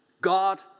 God